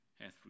hath